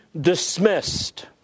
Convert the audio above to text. dismissed